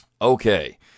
Okay